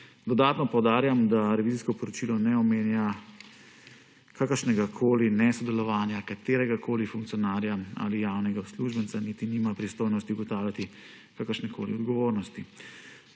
Dodatno poudarjam, da revizijsko poročilo ne omenja kakršnegakoli nesodelovanja kateregakoli funkcionarja ali javnega uslužbenca, niti nima pristojnosti ugotavljati kakršnekoli odgovornosti.